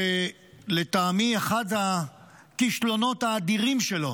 שלטעמי אחד הכישלונות האדירים שלו